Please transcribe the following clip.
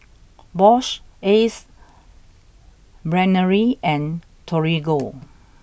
Bosch Ace Brainery and Torigo